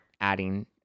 adding